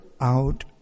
out